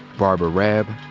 barbara raab,